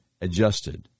adjusted